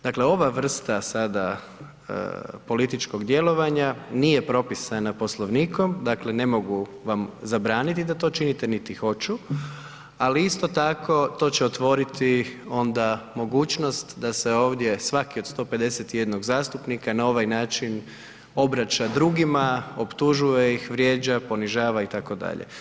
Dakle, ova vrsta sada političkog djelovanja nije propisana Poslovnikom, dakle ne mogu vam zabraniti da to činite niti hoću ali isto tako to će otvoriti onda mogućnosti da se ovdje svaki od 151 zastupnika na ovaj način obraća drugima, optužuje ih, vrijeđa, ponižava itd.